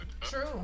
True